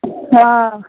हॅं